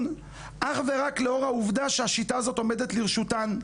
אך ורק לאור העבודה שהשיטה הזאת עומדת לרשותן.